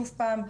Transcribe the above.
שוב פעם,